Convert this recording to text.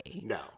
No